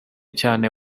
cyane